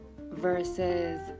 versus